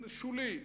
שולי.